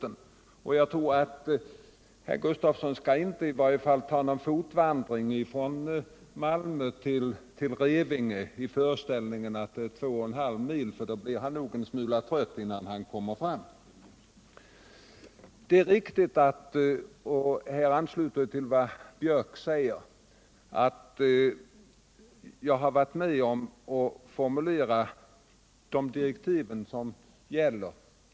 Jag tror i varje fall inte att herr Gustavsson skall företa någon fotvandring från Malmö till Revingehed i föreställningen att det är 2 1/2 mil, för då blir han nog en smula trött innan han kommer fram. I anslutning till det som herr Björk i Gävle framhöll vill jag säga att jag till vissa delar varit med om att formulera de direktiv som nu gäller.